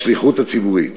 השליחות הציבורית,